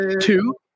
Two